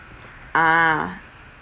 ah